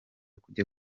kujya